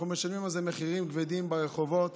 אנחנו משלמים על זה מחירים כבדים ברחובות